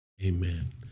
Amen